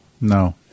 No